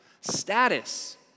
Status